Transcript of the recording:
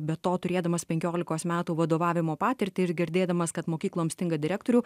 be to turėdamas penkiolikos metų vadovavimo patirtį ir girdėdamas kad mokyklom stinga direktorių